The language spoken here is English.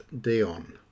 Dion